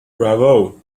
bravo